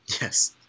Yes